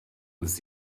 this